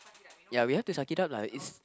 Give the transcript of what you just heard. ya we have to suck it up lah it's